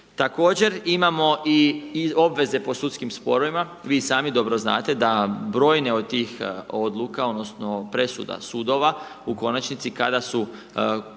Također imamo i obveze po sudskim sporovima. Vi sami dobro znate, da brojne od tih odluka, odnosno, presuda sudova, u konačnici, kada su